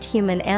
Human